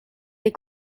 des